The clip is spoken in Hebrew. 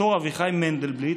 הד"ר אביחי מנדלבליט,